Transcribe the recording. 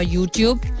YouTube